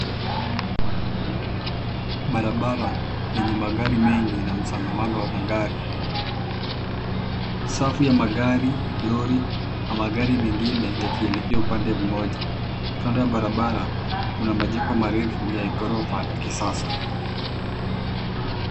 Barabara enye magari mengi na msongamano wa magari. Safu ya magari lori na magari mengine yakielekea upande mmoja. Kando ya barabara kuna majengo marefu ya ghorofa ya kisasa.